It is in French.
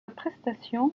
prestation